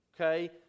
Okay